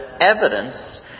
evidence